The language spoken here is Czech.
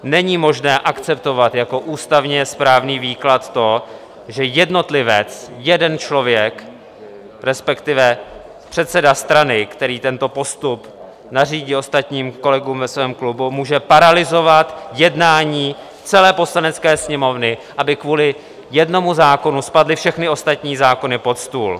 Není možné akceptovat jako ústavně správný výklad to, že jednotlivec, jeden člověk, respektive předseda strany, který tento postup nařídil ostatním kolegům ve svém klubu, může paralyzovat jednání celé Poslanecké sněmovny, aby kvůli jednomu zákonu spadly všechny ostatní zákony pod stůl.